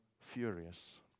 furious